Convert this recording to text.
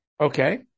okay